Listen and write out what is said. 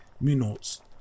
minutes